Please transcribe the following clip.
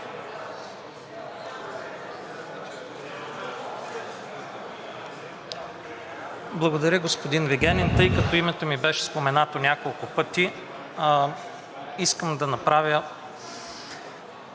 Благодаря, господин Вигенин. Тъй като името ми беше споменато няколко пъти, искам да направя